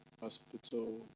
hospital